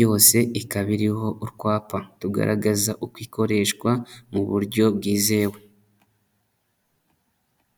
Yose ikaba iriho utwapa tugaragaza uko ikoreshwa mu buryo bwizewe.